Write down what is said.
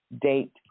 date